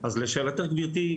אז לשאלתך גברתי,